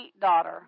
daughter